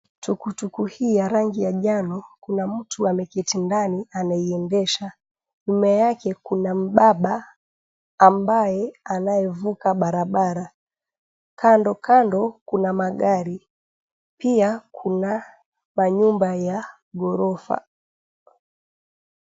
Tuktuk hii ya rangi ya njano kuna mtu ameketi ndani anaiendesha. Nyuma yake kuna mbaba ambaye anayevuka barabara. Kandokando kuna magari, pia kuna manyumba ya ghorofa.